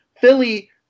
Philly